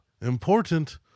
important